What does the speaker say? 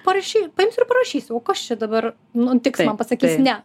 parašy paimsiu ir parašysiu o kas čia dabar nutiks man pasakys ne